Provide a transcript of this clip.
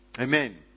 Amen